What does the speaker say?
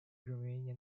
romanian